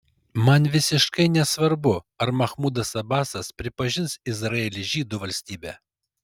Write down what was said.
man visiškai nesvarbu ar machmudas abasas pripažins izraelį žydų valstybe